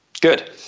good